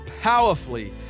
powerfully